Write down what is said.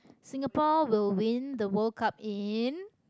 singapore will win the world-cup in